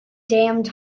damned